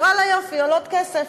ואללה יופי, עולות כסף.